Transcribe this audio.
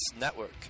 Network